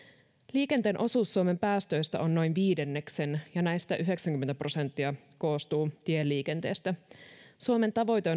liikenteen osuus suomen päästöistä on noin viidenneksen ja näistä yhdeksänkymmentä prosenttia koostuu tieliikenteestä suomen tavoite